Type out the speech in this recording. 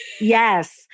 Yes